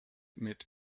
mit